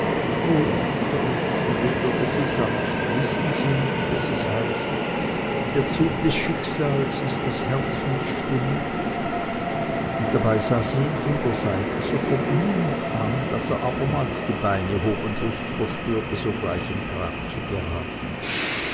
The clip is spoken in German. dietrich erwiderte sie sanft wissen sie nicht daß es heißt der zug des schicksals ist des herzens stimme und dabei sah sie ihn von der seite so verblümt an daß er abermals die beine hob und lust verspürte sogleich in trab zu geraten